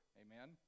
amen